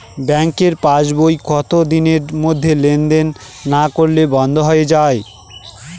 ব্যাঙ্কের পাস বই কত দিনের মধ্যে লেন দেন না করলে বন্ধ হয়ে য়ায়?